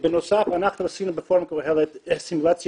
בנוסף אנחנו עשינו בפורום קהלת סימולציה